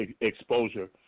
exposure